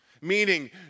Meaning